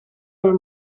del